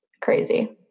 crazy